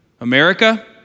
America